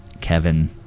Kevin